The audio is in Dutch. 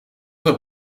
het